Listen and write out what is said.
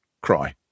cry